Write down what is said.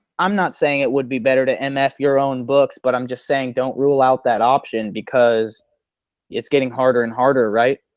i'm not saying it would be better to and mf your own books but i'm just saying don't rule out that option because it's getting harder and harder right.